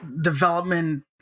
development